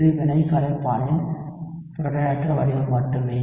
இது வினை கரைப்பானின் புரோட்டானேற்ற வடிவம் மட்டுமே